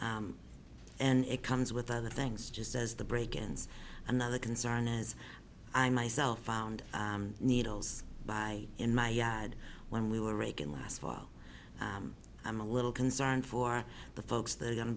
and it comes with other things just as the break ends another concern as i myself found needles by in my yard when we were raking last fall i'm a little concerned for the folks that are going to